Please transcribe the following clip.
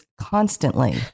constantly